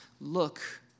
look